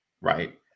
right